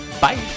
bye